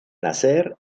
nacer